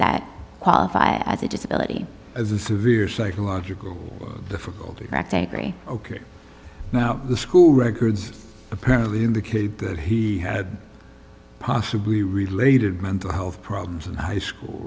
that qualify as a disability as a severe psychological difficulty ok now the school records apparently indicate that he had possibly related mental health problems in high school